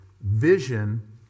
Vision